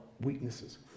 weaknesses